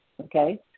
okay